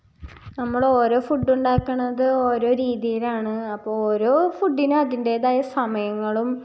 നമ്മളോരോ ഫുഡ്ഡുണ്ടാക്കുന്നത് ഓരോ രീതിയിലാണ് അപ്പോൾ ഓരോ ഫുഡ്ഡിനും അതിൻടേതായ സമയങ്ങളും